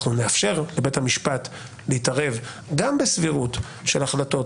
אנחנו נאפשר לבית המשפט להתערב גם בסבירות של החלטות,